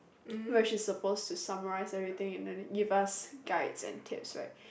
where she's supposed to summarize everything and then give up guides and tips right